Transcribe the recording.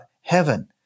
heaven